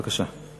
בבקשה.